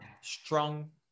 strong